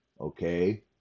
Okay